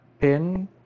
pin